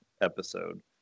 episode